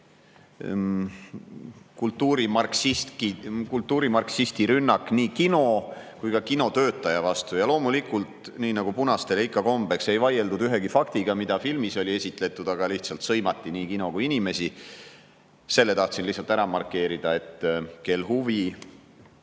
kultuurimarksisti rünnak nii kino kui ka kinotöötaja vastu. Loomulikult, nagu punastele ikka kombeks, ei vaieldud ühegi faktiga, mida filmis oli esitatud, vaid lihtsalt sõimati nii kino kui ka inimesi. Selle tahtsin lihtsalt ära markeerida, kel huvi,